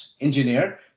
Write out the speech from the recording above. engineer